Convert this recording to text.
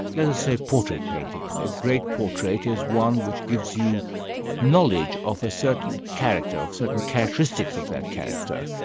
let us say portrait painting, a great portrait is one which gives you knowledge of a certain character, of certain characteristics of that character,